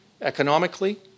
economically